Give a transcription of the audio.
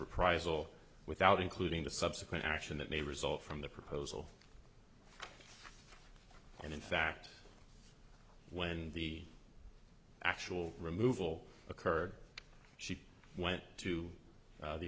reprisal without including the subsequent action that may result from the proposal and in fact when the actual removal occurred she went to